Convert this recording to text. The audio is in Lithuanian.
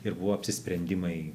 ir buvo apsisprendimai